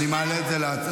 אני מעלה את זה --- בוועדה.